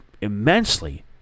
immensely